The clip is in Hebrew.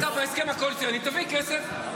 אתה בהסכם הקואליציוני תביא כסף.